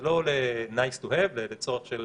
זה לא כ-nice to have, לצורך של